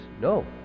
no